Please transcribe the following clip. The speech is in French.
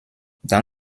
dans